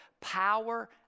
power